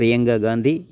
Priyanka Gandhi